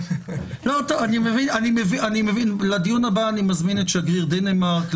לדיון הבא אני מזמין את שגריר דנמרק,